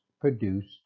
produced